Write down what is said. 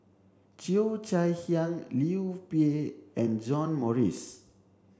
Cheo Chai Hiang Liu Peihe and John Morrice